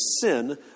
sin